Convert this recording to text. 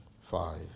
five